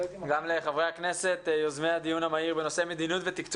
גם לחברי הכנסת יוזמי הדיון המהיר בנושא מדיניות ותקצוב